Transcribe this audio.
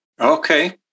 Okay